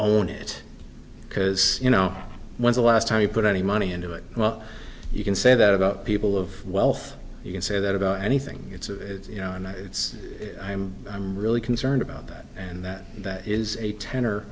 own it because you know when's the last time you put any money into it well you can say that about people of wealth you can say that about anything it's a it's you know and it's i'm i'm really concerned about that and that that is a tenor